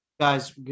guys